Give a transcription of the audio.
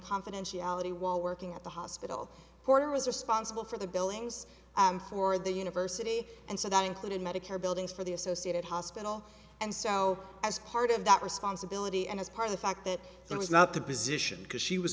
confidentiality while working at the hospital horder was responsible for the billings and for the university and so that included medicare buildings for the associated hospital and so as part of that responsibility and as part of the fact that there was not the position because she was